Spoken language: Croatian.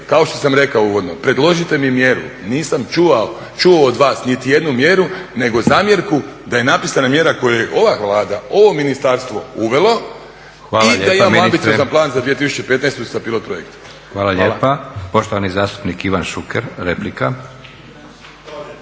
kao što sam rekao uvodno. Predložite mi mjeru. Nisam čuo od vas niti jednu mjeru, nego zamjerku da je napisana mjera koju je ova Vlada, ovo ministarstvo uvelo i … …/Upadica predsjednik: Hvala lijepa ministre./… … da imamo